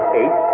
eight